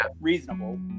reasonable